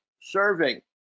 serving